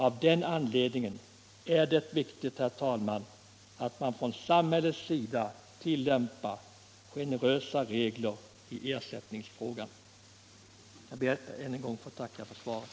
Av den anledningen är det viktigt, herr talman, att man från samhällets sida tillämpar generösa regler i ersättningsfrågan. Jag ber att än en gång få tacka för svaret.